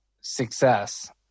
success